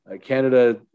Canada